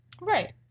right